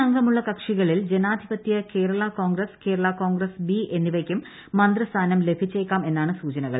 അംഗമുള്ള കക്ഷികളിൽ ജനാധിപത്യ കേരള കോൺഗ്രസ് കേര്ള കോൺഗ്രസ് ബി എന്നിവയ്ക്കും മന്ത്രിസ്ഥാനം ലഭിച്ചേക്കാം എന്നാണ് സൂചനകൾ